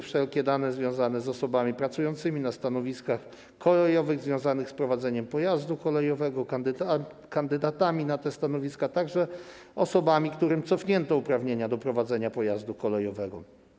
Chodzi o wszelkie dane związane z osobami pracującymi na stanowiskach kolejowych związanych z prowadzeniem pojazdu kolejowego, kandydatami na te stanowiska, a także osobami, którym cofnięto uprawnienia do prowadzenia pojazdu kolejowego.